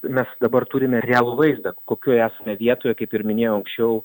mes dabar turime realų vaizdą kokioje esame vietoje kaip ir minėjau aukščiau